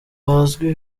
bazwi